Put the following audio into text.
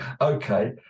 okay